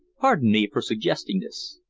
pardon me for suggesting this.